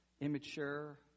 immature